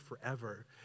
forever